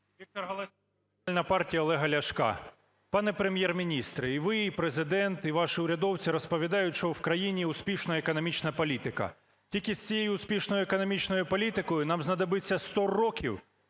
ВікторГаласюк, Радикальна партія Олега Ляшка. Пане Прем’єр-міністре, і ви, і Президент, і ваші урядовці розповідають, що в країні успішна економічна політика. Тільки з цією успішною економічною політикою нам знадобиться 100 років